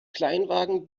kleinwagen